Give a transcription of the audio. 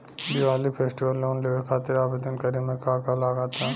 Diwali festival loan लेवे खातिर आवेदन करे म का का लगा तऽ?